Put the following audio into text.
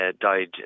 died